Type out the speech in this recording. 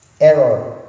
error